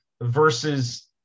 versus